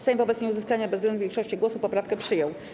Sejm wobec nieuzyskania bezwzględnej większości głosów poprawkę przyjął.